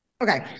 Okay